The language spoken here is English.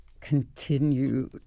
continue